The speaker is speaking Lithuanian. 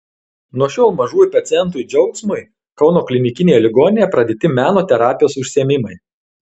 nuo šiol mažųjų pacientui džiaugsmui kauno klinikinėje ligoninėje pradėti meno terapijos užsiėmimai